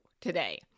today